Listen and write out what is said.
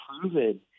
proven